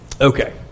Okay